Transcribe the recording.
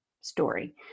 story